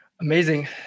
Amazing